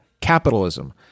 capitalism